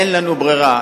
אין לנו ברירה,